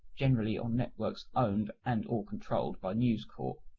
generally on networks owned and or controlled by newscorp,